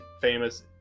famous